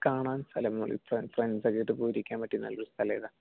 കാണാൻ സ്ഥലങ്ങൾ ഇപ്പോൾ ഫ്രണ്ട്സക്കെ ആയിട്ട് പോയിട്ടിരിക്കാൻ പറ്റിയ നല്ലൊരു സ്ഥലം ഏതാണ്